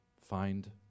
find